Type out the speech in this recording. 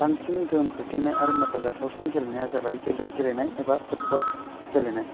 बांसिन गोहोम खोख्लैनाय आरो मख' जाथावसिन गेलेनाया जाबाय जोलुर गेलेनाय एबा फुटबल गेलेनाय